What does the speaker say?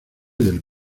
del